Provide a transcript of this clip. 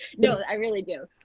no, i really do.